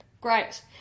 Great